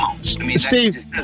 Steve